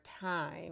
time